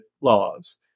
laws